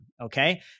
okay